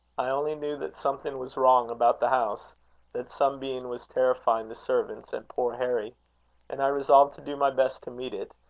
i only knew that something was wrong about the house that some being was terrifying the servants, and poor harry and i resolved to do my best to meet it,